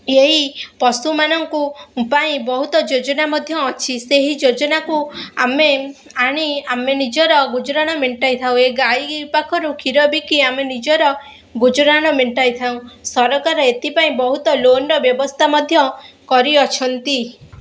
ଏଇ ପଶୁ ମାନଙ୍କୁ ପାଇଁ ବହୁତ ଯୋଜନା ମଧ୍ୟ ଅଛି ସେହି ଯୋଜନାକୁ ଆମେ ଆଣି ଆମେ ନିଜର ଗୁଜୁରାଣ ମେଣ୍ଟାଇ ଥାଉ ଏ ଗାଈ ପାଖରୁ କ୍ଷୀର ବିକି ଆମେ ନିଜର ଗୁଜୁରାଣ ମେଣ୍ଟାଇ ଥାଉ ସରକାର ଏଥିପାଇଁ ବହୁତ ଲୋନର ବ୍ୟବସ୍ଥା ମଧ୍ୟ କରିଅଛନ୍ତି